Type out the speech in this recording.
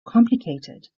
complicated